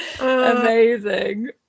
amazing